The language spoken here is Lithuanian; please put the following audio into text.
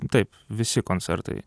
taip visi koncertai